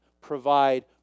provide